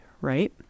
right